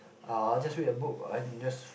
uh I'll just read a book or I can just